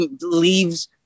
leaves